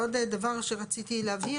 עוד דבר שרציתי להבהיר,